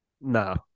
No